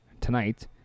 tonight